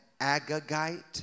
Agagite